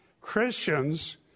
Christians